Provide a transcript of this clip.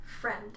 Friend